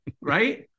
right